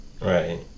Right